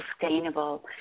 sustainable